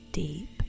deep